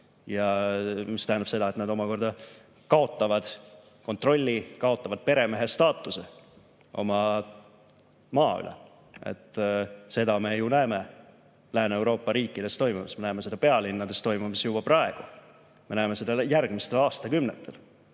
ja see tähendab seda, et nad omakorda kaotavad kontrolli, kaotavad peremehestaatuse oma maal. Seda me ju näeme Lääne-Euroopa riikides toimumas. Me näeme seda pealinnades toimumas juba praegu ja me näeme seda järgmistel aastakümnetel